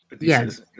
Yes